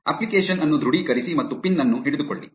application ಅನ್ನು ದೃಢೀಕರಿಸಿ ಮತ್ತು ಪಿನ್ ಅನ್ನು ಹಿಡಿದುಕೊಳ್ಳಿ